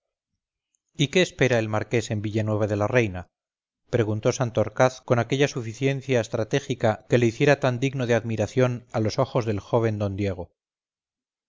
y qué esperaba el marqués en villanueva de la reina preguntó santorcaz con aquella suficiencia estratégica que le hiciera tan digno de admiración a los ojos del joven d diego